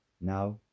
now